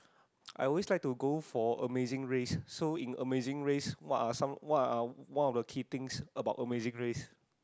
I always like to go for amazing race so in amazing race what are some what are one of the key things about amazing race